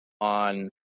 on